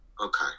Okay